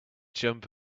jump